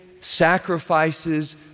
sacrifices